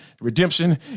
redemption